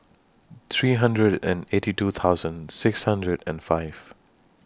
three hundred and eighty two thousand six hundred and five